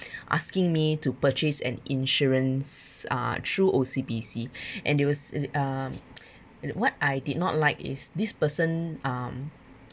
asking me to purchase an insurance uh through O_C_B_C and it was it uh what I did not like is this person um